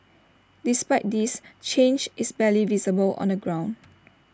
despite this change is barely visible on the ground